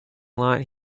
lot